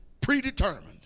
predetermined